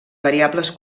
variables